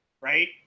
right